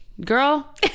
girl